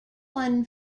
won